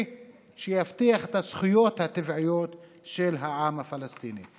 שיבטיח את הזכויות הטבעיות של העם הפלסטיני.